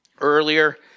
earlier